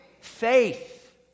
faith